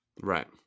Right